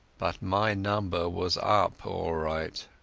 but my number was up all right.